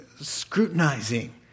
scrutinizing